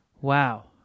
Wow